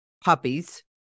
Puppies